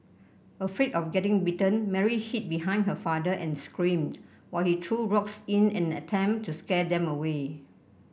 afraid of getting bitten Mary hid behind her father and screamed while he threw rocks in an attempt to scare them away